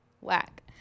Whack